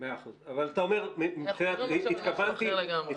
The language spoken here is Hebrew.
מדברים עכשיו על משהו אחר לגמרי.